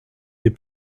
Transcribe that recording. des